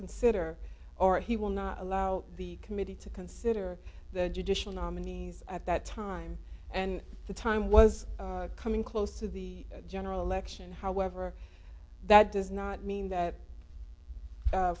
consider or he will not allow the committee to consider the judicial nominees at that time and the time was coming close to the general election however that does not mean that